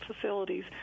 facilities